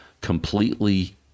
completely